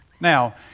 Now